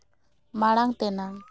ᱢᱟᱲᱟᱝ ᱛᱮᱱᱟᱜ